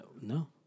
no